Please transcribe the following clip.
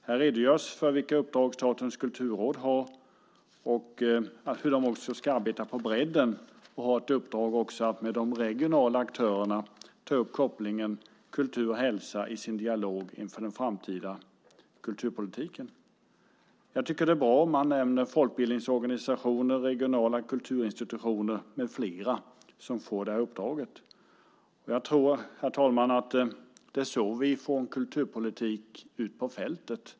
Där redogörs för de uppdrag som Statens kulturråd har, hur de ska arbeta på bredden samt att de även har ett uppdrag att i dialog med de regionala aktörerna ta upp kopplingen mellan kultur och hälsa inför den framtida kulturpolitiken. Det är bra att man nämner folkbildningsorganisationer, regionala kulturinstitutioner med flera som får uppdraget. Jag tror, herr talman, att det är så vi får en kulturpolitik ute på fältet.